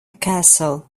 castle